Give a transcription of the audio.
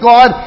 God